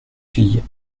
fille